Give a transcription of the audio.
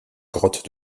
grotte